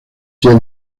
jedi